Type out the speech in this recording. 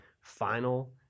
final